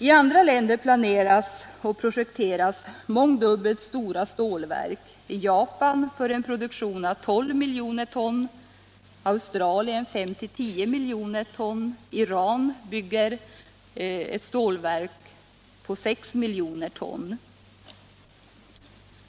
I andra länder projekteras mångdubbelt större stålverk, i Japan för en produktion av 12 miljoner ton, i Australien för 5-10 miljoner ton, Iran bygger ett stålverk med en kapacitet av 6 miljoner ton.